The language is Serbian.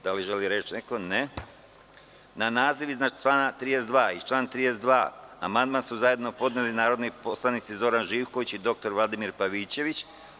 Da li želi reč neko? (Ne.) Na naziv iznad člana 32. i član 32. amandman su zajedno podneli narodni poslanici Zoran Živković i dr Vladimir Pavićević.